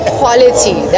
quality